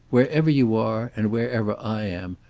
wherever you are and wherever i am,